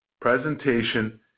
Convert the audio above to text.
presentation